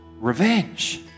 revenge